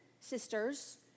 sisters